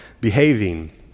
behaving